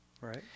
right